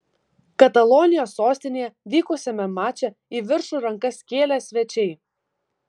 katalonijos sostinėje vykusiame mače į viršų rankas kėlė svečiai